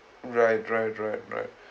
right right right right